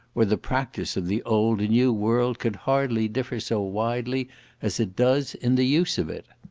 or the practice of the old and new world could hardly differ so widely as it does in the use of it.